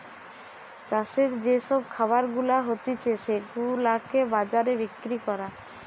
চাষের যে সব খাবার গুলা হতিছে সেগুলাকে বাজারে বিক্রি করা